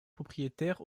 propriétaires